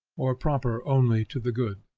or proper only to the good.